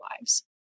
lives